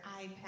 iPad